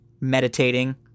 meditating